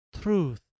truth